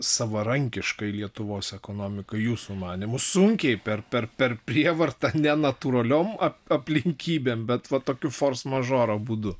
savarankiškai lietuvos ekonomikai jūsų manymu sunkiai per per per prievartą nenatūraliom ap aplinkybėm bet va tokiu force majeure abudu